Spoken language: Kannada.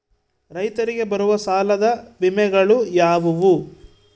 ರೈತರಿಗೆ ಬರುವ ಸಾಲದ ವಿಮೆಗಳು ಯಾವುವು?